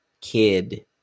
kid